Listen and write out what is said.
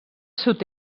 sud